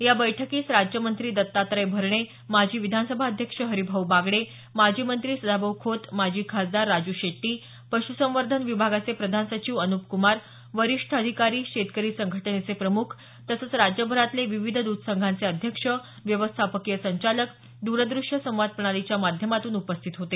या बैठकीस राज्यमंत्री दत्तात्रय भरणे माजी विधानसभा अध्यक्ष हरीभाऊ बागडे माजी मंत्री सदाभाऊ खोत माजी खासदार राजू शेट्टी पशुसंवर्धन विभागाचे प्रधान सचिव अनुप कुमार वरिष्ठ अधिकारी शेतकरी संघटनेचे प्रमुख तसंच राज्यभरातले विविध दुध संघांचे अध्यक्ष व्यवस्थापकीय संचालक दुरदूश्य संवाद प्रणालीच्या माध्यमातून उपस्थित होते